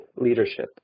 leadership